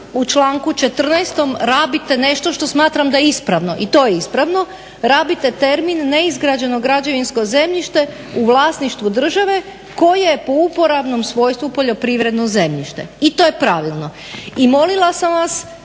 u članku 14. rabite nešto što smatram da je ispravno. I to je ispravno, rabite termin neizgrađeno građevinsko zemljište u vlasništvu države koje po uporabnom svojstvu poljoprivredno zemljište i to je pravilno. I molila sam vas